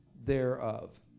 thereof